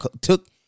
took